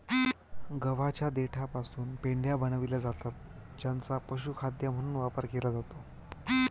गव्हाच्या देठापासून पेंढ्या बनविल्या जातात ज्यांचा पशुखाद्य म्हणून वापर केला जातो